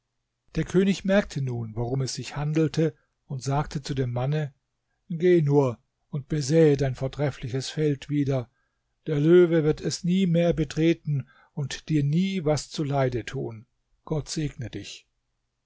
der könig merkte nun worum es sich handelte und sagte zu dem manne geh nur und besäe dein vortreffliches feld wieder der löwe wird es nie mehr betreten und dir nie was zuleide tun gott segne dich